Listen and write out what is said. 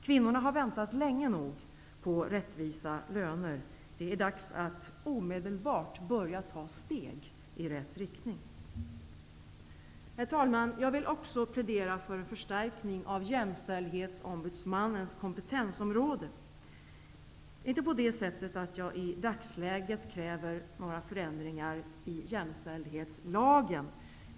Kvinnorna har väntat länge nog på rättvisa löner. Det är dags att det omedelbart börjar tas steg i rätt riktning. Herr talman! Jag vill också plädera för en förstärkning på Jämställdhetsombudsmannens kompetensområde. Det är inte på det sättet att jag i dagsläget kräver några förändringar i jämställdhetslagen.